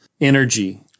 energy